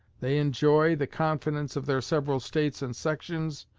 they enjoy the confidence of their several states and sections,